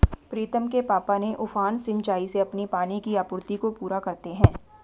प्रीतम के पापा ने उफान सिंचाई से अपनी पानी की आपूर्ति को पूरा करते हैं